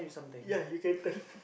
ya you can tell